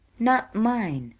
not mine,